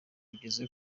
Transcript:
ugeze